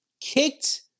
kicked